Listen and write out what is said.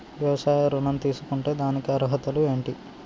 వ్యవసాయ ఋణం తీసుకుంటే దానికి అర్హతలు ఏంటి?